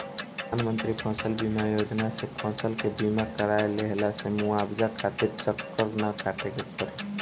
प्रधानमंत्री फसल बीमा योजना से फसल के बीमा कराए लेहला से मुआवजा खातिर चक्कर ना काटे के पड़ी